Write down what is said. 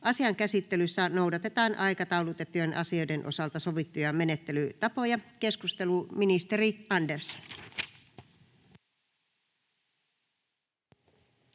Asian käsittelyssä noudatetaan aikataulutettujen asioiden osalta sovittuja menettelytapoja. — Keskustelu, ministeri Andersson.